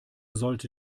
sollte